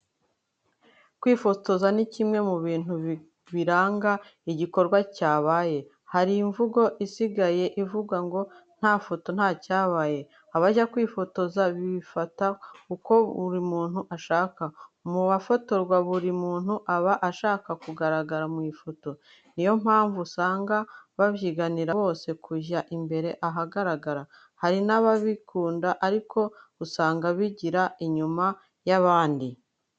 Kwifotoza ni kimwe mu bintu biranga igikorwa cyabaye. Hari imvugo isigaye ivuga ngo: "Nta foto, nta cyabaye. "Abajya kwifotoza bifata uko buri muntu ashaka. Mu bafatorwa, buri muntu aba ashaka kugaragara mu ifoto. Ni yo mpamvu usanga babyiganira bose kujya imbere ahagaragara. Hari n'abatabikunda ariko usanga bigira inyuma y'abandi.